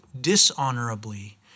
dishonorably